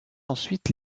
ensuite